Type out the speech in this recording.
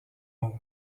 monde